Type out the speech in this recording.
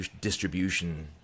distribution